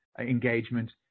engagement